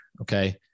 okay